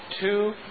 two